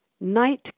Night